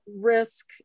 risk